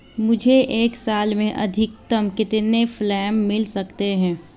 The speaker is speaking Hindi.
मुझे एक साल में अधिकतम कितने क्लेम मिल सकते हैं?